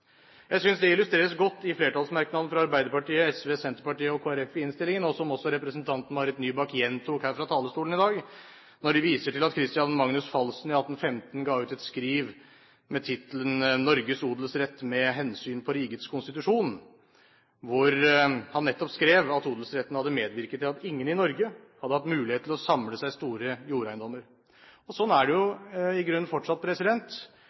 Jeg synes det illustreres godt i flertallsmerknaden fra Arbeiderpartiet, Sosialistisk Venstreparti, Senterpartiet og Kristelig Folkeparti i innstillingen, og som også representanten Marit Nybakk gjentok her fra talerstolen i dag, når de viser til at Christian Magnus Falsen i 1815 ga ut et skriv med tittelen «Norges Odelsrett, med hensyn paa Rigets Constitution», hvor han nettopp skrev at odelsretten hadde medvirket til at ingen i Norge hadde hatt mulighet til å samle seg store jordeiendommer. Slik er det i grunnen fortsatt,